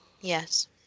Yes